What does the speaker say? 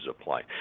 apply